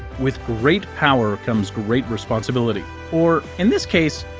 with great power comes great responsibility. or, in this case,